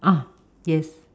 ah yes